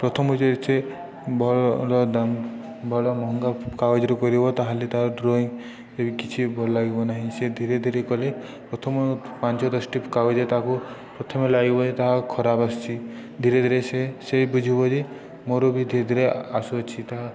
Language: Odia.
ପ୍ରଥମ ଯଦି ସେ ଭଲ ଦାମ୍ ଭଲ ମହଙ୍ଗା କାଗଜରୁ କରିବ ତାହେଲେ ତା'ର ଡ୍ରଇଂରେ କିଛି ଭଲ ଲାଗିବ ନାହିଁ ସେ ଧୀରେ ଧୀରେ କଲେ ପ୍ରଥମେ ପାଞ୍ଚ ଦଶ ଟିପ୍ କାଗଜରେ ତାକୁ ପ୍ରଥମେ ଲାଗିବ ଯେ ତାହା ଖରାପ ଆସୁଛି ଧୀରେ ଧୀରେ ସେ ସେ ବୁଝିବ ଯେ ମୋର ବି ଧୀରେ ଧୀରେ ଆସୁଅଛି ତାହା